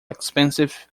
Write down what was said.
expensive